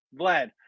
Vlad